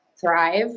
thrive